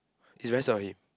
is very sad of him